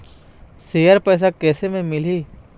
Share पैसा कैसे म मिलही?